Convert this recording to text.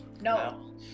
No